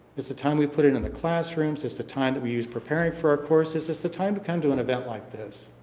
it's the time we put in in the classrooms. it's the time that we use preparing for our courses. it's the time to come to an event like this.